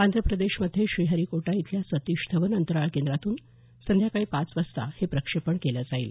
आंध्र प्रदेशमध्ये श्रीहरीकोटा इथल्या सतीश धवन अंतराळ केंद्रातून संध्याकाळी पाच वाजता हे प्रक्षेपण केलं जाईल